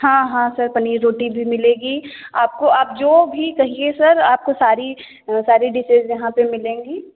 हाँ हाँ सर पनीर रोटी भी मिलेगी आपको आप जो भी कहिए सर आपको सारी सारी डिसेज़ यहाँ पे मिलेंगी